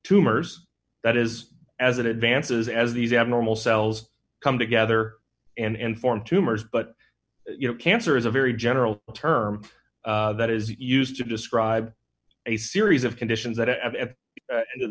tumors that is as it advances as these abnormal cells come together and form tumors but you know cancer is a very general term that is used to describe a series of conditions that end of